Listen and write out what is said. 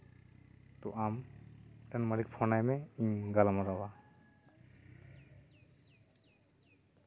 ᱛᱚ ᱟᱢ ᱟᱢᱨᱮᱱ ᱢᱟᱞᱤᱠ ᱯᱷᱳᱱᱟᱭ ᱢᱮ ᱤᱧᱤᱧ ᱜᱟᱞᱢᱟᱨᱟᱣᱟ